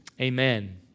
amen